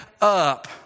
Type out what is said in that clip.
up